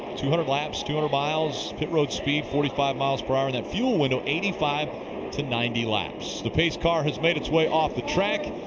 two hundred laps, two hundred miles. pit road speed forty five miles per hour. fuel window, eighty five to ninety laps. the pace car has made its way off the track.